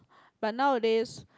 but nowadays